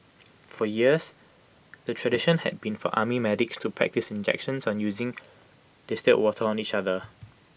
for years the tradition had been for army medics to practise injections on using distilled water on each other